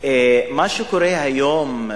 מה שקורה היום,